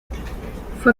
fue